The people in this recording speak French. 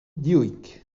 dioïque